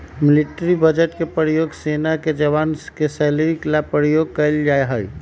military budget के प्रयोग सेना के जवान के सैलरी ला प्रयोग कइल जाहई